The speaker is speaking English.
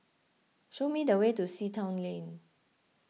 show me the way to Sea Town Lane